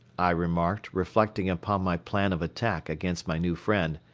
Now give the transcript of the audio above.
i remarked, reflecting upon my plan of attack against my new friend.